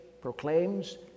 proclaims